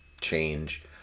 change